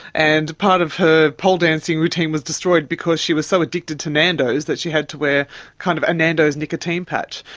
and part of her pole dancing routine was destroyed because she was so addicted to nandos that she had to wear kind of a nandos nicotine patch.